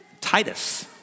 Titus